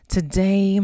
Today